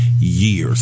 years